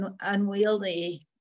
unwieldy